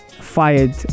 fired